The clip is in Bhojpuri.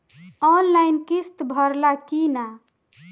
आनलाइन किस्त भराला कि ना?